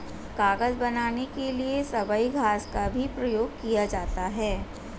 कागज बनाने के लिए सबई घास का भी प्रयोग किया जाता है